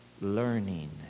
learning